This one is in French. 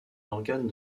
organes